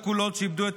שקלו מחדש את